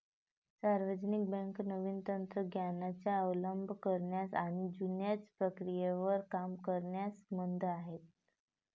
सार्वजनिक बँका नवीन तंत्र ज्ञानाचा अवलंब करण्यास आणि जुन्या प्रक्रियेवर काम करण्यास मंद आहेत